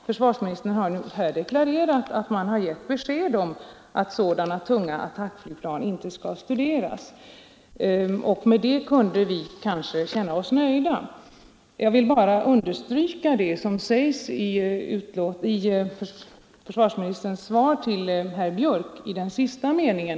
Försvarsministern har nu här deklarerat att regeringen givit besked om att sådana tunga attackflygplan inte skall studeras. Låt mig dessutom understryka vad som anförs i försvarsministerns svar till herr Björck i sista meningen.